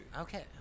Okay